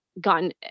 gotten